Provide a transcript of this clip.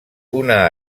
una